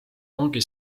ongi